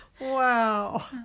Wow